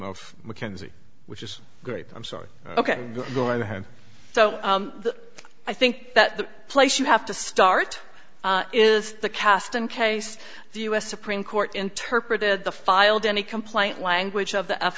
of mackenzie which is great i'm sorry ok go ahead so i think that the place you have to start is the cast in case the u s supreme court interpreted the filed any complaint language of the f